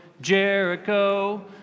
Jericho